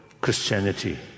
Christianity